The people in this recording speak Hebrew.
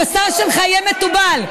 דרך אגב, הבשר שלך יהיה מתובל.